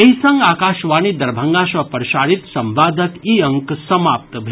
एहि संग आकाशवाणी दरभंगा सँ प्रसारित संवादक ई अंक समाप्त भेल